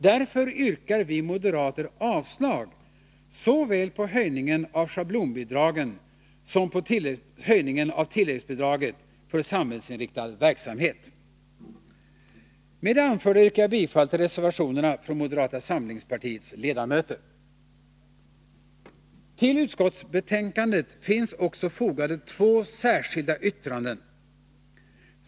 Därför yrkar vi moderater avslag såväl på höjningen av schablonbidragen som på höjningen av tilläggsbidraget för samhällsinriktad verksamhet. Med det anförda yrkar jag bifall till reservationerna från moderata samlingspartiets ledamöter. Till utskottsbetänkandet finns också fogade två särskilda yttranden.